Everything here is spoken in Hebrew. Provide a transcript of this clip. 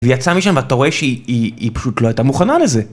והיא יצאה משם ואתה רואה שהיא פשוט לא הייתה מוכנה לזה.